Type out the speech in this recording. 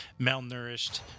malnourished